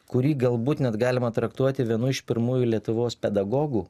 kurį galbūt net galima traktuoti vienu iš pirmųjų lietuvos pedagogų